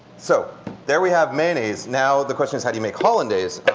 so there we have mayonnaise. now the question is how do you make hollandaise.